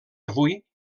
avui